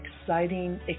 exciting